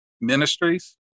Ministries